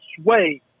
sway